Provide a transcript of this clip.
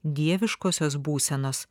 dieviškosios būsenos